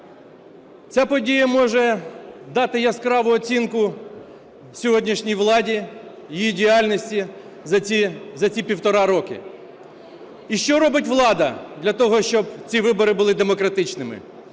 Ця подія може дати яскраву оцінку сьогоднішній владі, її діяльності за ці 1,5 роки. І що робить влада для того, щоб ці вибори були демократичними?